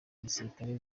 gisirikare